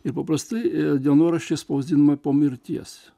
ir paprastai dienoraščiai spausdinami po mirties